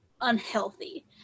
unhealthy